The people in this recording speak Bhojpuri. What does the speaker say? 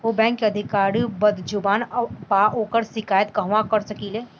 उ बैंक के अधिकारी बद्जुबान बा ओकर शिकायत कहवाँ कर सकी ले